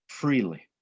freely